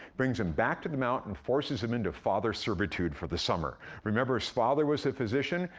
brings him back to the mount and forces him into father servitude for the summer. remember, his father was a physician,